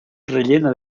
rellena